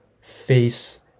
face